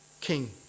king